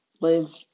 live